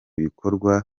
bikorwa